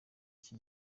iki